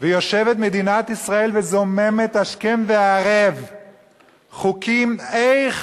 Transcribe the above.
ויושבת מדינת ישראל וזוממת השכם והערב חוקים איך